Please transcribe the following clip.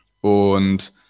Und